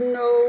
no